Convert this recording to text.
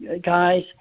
guys